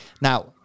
Now